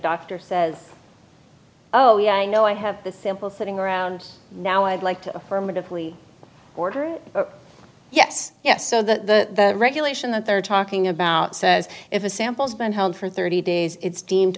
doctor says oh yeah i know i have the simple thing around now i'd like to affirmatively order yes yes so the regulation that they're talking about says if a samples been held for thirty days it's deemed